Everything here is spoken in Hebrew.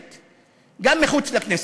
גם מחוץ לכנסת.